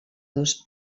dos